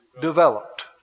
developed